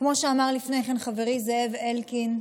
כמו שאמר לפני כן חברי זאב אלקין.